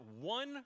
one